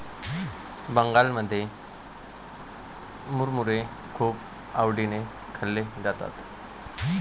बंगालमध्ये मुरमुरे खूप आवडीने खाल्ले जाते